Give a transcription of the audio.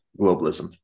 globalism